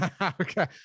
okay